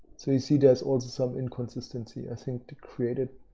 so you see there's also some inconsistencies i think, to created